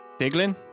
Diglin